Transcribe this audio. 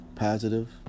positive